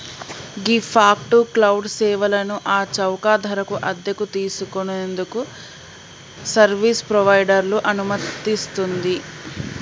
ghee fog to cloud సేవలను ఆ చౌక ధరకు అద్దెకు తీసుకు నేందుకు సర్వీస్ ప్రొవైడర్లను అనుమతిస్తుంది